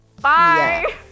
Bye